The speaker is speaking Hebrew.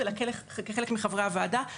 אלא כחלק מחברי הוועדה.